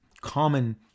common